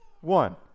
one